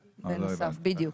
בדיוק.